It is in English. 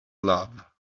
love